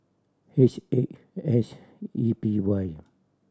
H eight S E P Y